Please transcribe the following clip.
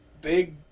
big